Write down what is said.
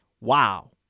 Wow